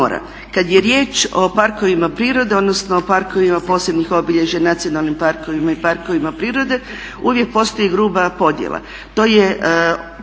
Kad je riječ o parkovima prirode, odnosno o parkovima posebnih obilježja, nacionalnim parkovima i parkovima prirode uvijek postoji gruba podjela,